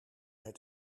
het